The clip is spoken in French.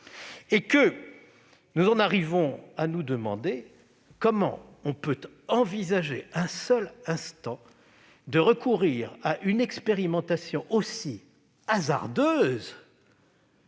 Nous en arrivons à nous demander comment on peut envisager un seul instant de recourir à une expérimentation aussi hasardeuse